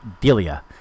Delia